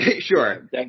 sure